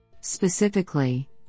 Specifically